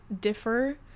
differ